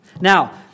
Now